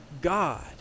God